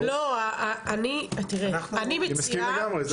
לא, אני תראי אני מציעה - ברור, אני מסכים לגמרי.